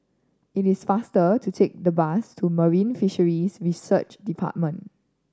it is faster to take the bus to Marine Fisheries Research Department